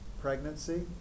pregnancy